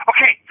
Okay